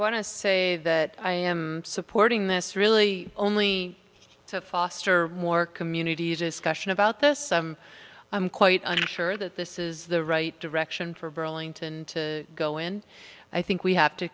to say that i am supporting this really only to foster more communities discussion about this i'm quite unfair that this is the right direction for burlington to go in i think we have to